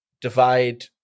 divide